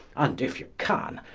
and if you can,